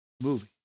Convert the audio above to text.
movie